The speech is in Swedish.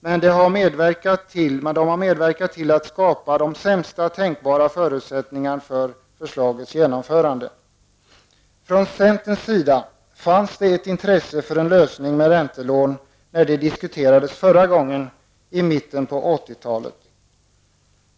Men man har medverkat till att skapa de sämsta tänkbara förutsättningar för förslagets genomförande. Från centerns sida fanns det ett intresse för en lösning med räntelån när frågan diskuterades förra gången, i mitten på 80-talet.